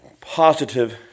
positive